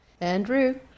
Andrew